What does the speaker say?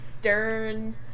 stern